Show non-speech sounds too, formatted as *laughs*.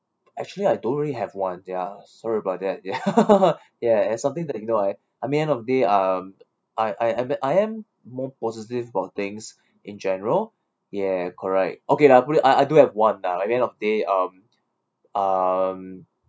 actually I don't really have one ya sorry about that ya *laughs* ya and something to ignore eh I mean end of the day um I I m~ I am more positive about things in general ya correct okay lah put it I I do have one lah like end of day um um